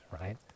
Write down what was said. right